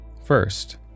First